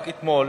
רק אתמול